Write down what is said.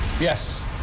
Yes